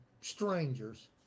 strangers